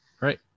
right